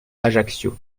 ajaccio